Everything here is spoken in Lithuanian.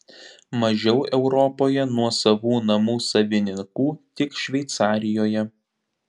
mažiau europoje nuosavų namų savininkų tik šveicarijoje